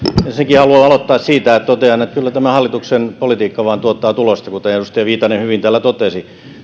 haluan aloittaa siitä että totean että kyllä tämä hallituksen politiikka vain tuottaa tulosta kuten edustaja viitanen hyvin täällä totesi